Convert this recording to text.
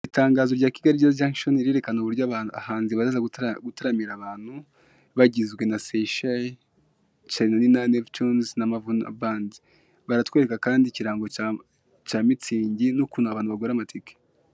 Itangazo rya Kigali jo jankishoni rirerekana uburyo abahanzi bazaza gutaramira abantu bagizwe na Seyisheyi, chally na Nina, Neli comuzi na Mavuno bandi baratwereka kandi ikirango cya mitsingi n'ukuntu abantu bagura amatike.